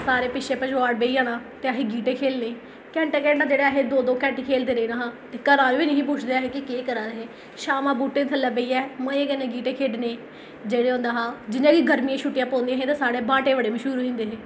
सारें पिच्छें पचोआड़ बेही आना ते असें गीह्टेखेढने घैंटा घैंटा जेह्ड़ा दो दो घैंटे खेढ़दे रौह्ना घरा आह्ले बी नेई हे पुच्छदे ऐ हे कि केह् करा दे हे शामां बुह्टे थल्लें बेहियै मजे कन्नैगीह्टे खेढने जेह्ड़ा होंदा हा जि'यां बी गर्मियें दी छुट्टियें पोंदियां हि'यां साढ़ै बांह्टे बड्डे मश्हूर होई आंदे हे